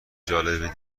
جالب